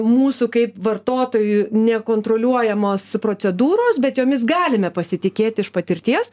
mūsų kaip vartotojų nekontroliuojamos procedūros bet jomis galime pasitikėti iš patirties